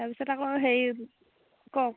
তাৰপিছত আকৌ হেৰি কওক